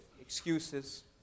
excuses